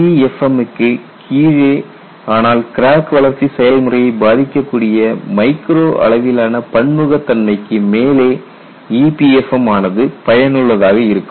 LEFM க்குக் கீழே ஆனால் கிராக் வளர்ச்சி செயல்முறையை பாதிக்கக்கூடிய மைக்ரோ அளவிலான பன்முகத்தன்மைக்கு மேலே EPFM ஆனது பயனுள்ளதாக இருக்கும்